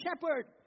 shepherd